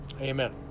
amen